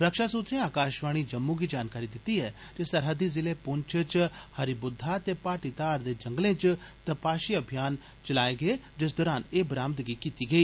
रक्षा सूत्रें आकाशवाणी जम्मू गी जानकारी दित्ती जे सरहदी जिले पुंछ च हरि बुद्धा ते भाटीधार दे जंगलें च तपाशी अभियान चलाए गे जिस दरान एह् बरामदगी कीती गेई